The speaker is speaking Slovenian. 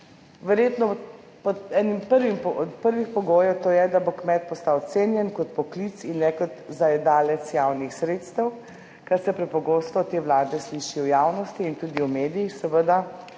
prvim od prvih pogojev, to je, da bo kmet postal cenjen kot poklic in ne kot zajedavec javnih sredstev, kar se prepogosto te Vlade sliši v javnosti in tudi v medijih seveda